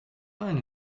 herein